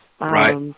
Right